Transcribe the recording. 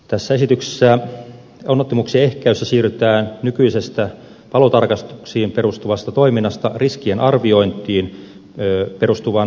tässä esityksessä onnettomuuksien ehkäisyssä siirrytään nykyisestä palotarkastuksiin perustuvasta toiminnasta riskien arviointiin perustuvaan valvontaan